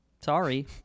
sorry